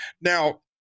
Now